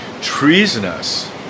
treasonous